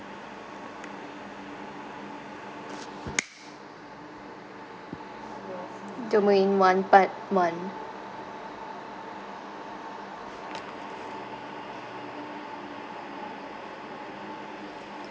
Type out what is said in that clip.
domain one part one